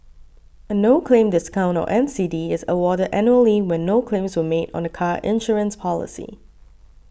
a no claim discount or N C D is awarded annually when no claims were made on the car insurance policy